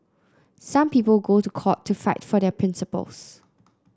some people go to court to fight for their principles